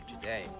today